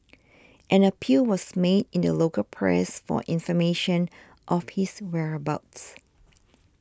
an appeal was made in the local press for information of his whereabouts